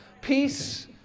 peace